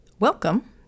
Welcome